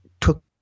took